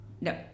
No